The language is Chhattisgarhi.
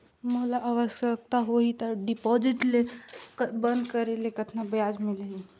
मोला आवश्यकता होही त डिपॉजिट ल बंद करे ले कतना ब्याज मिलही?